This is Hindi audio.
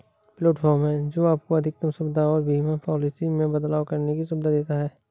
प्लेटफॉर्म है, जो आपको अधिकतम सुविधा और बीमा पॉलिसी में बदलाव करने की सुविधा देता है